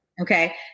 Okay